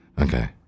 Okay